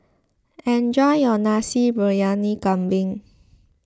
enjoy your Nasi Briyani Kambing